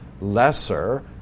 lesser